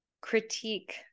critique